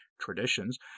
traditions